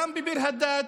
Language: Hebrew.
גם בביר הדאג',